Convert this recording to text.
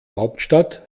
hauptstadt